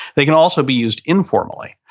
they can also be used informally.